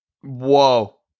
Whoa